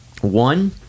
one